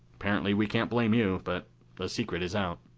apparently we can't blame you but the secret is out.